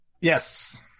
Yes